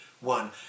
one